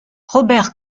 robert